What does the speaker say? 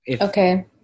Okay